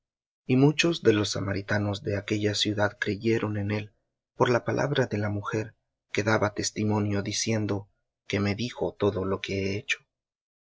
y muchos de los samaritanos de aquella ciudad creyeron en él por la palabra de la mujer que daba testimonio que me dijo todo lo que he hecho